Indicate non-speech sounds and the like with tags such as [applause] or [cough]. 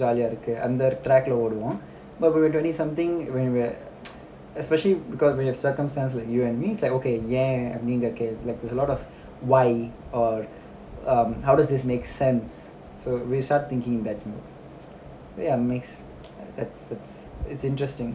jaaliya irukkalam but when we are twenty something whenwe are [noise] especially because we have circumstance like you and me is like okay ya I've there okay like there's a lot of why or um how does this make sense so we start thinking that you know ya makes that's it's it's interesting